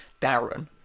Darren